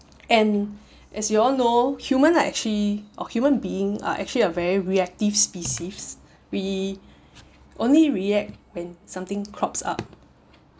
and as you all know human are actually or human being are actually a very reactive species we only react when something crops up